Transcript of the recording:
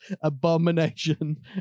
abomination